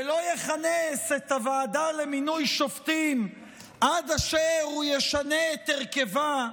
ולא יכנס את הוועדה למינוי שופטים עד אשר הוא ישנה את הרכבה,